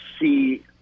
see